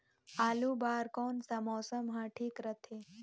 आलू बार कौन सा मौसम ह ठीक रथे?